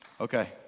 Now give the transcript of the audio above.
Okay